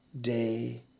day